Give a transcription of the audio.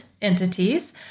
entities